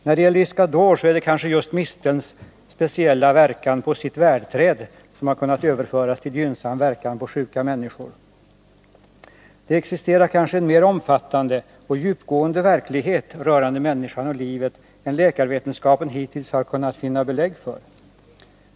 När det gäller Iscador är det kanske just mistelns speciella verkan på sitt värdträd som har kunnat överföras till sjuka människor och har gynnsam verkan på dem. Det existerar kanske en mer omfattande och djupgående verklighet än läkarvetenskapen hittills har kunnat finna belägg för rörande människan och livet.